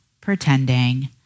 pretending